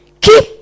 keep